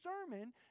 sermon